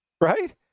right